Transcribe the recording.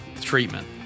Treatment